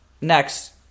next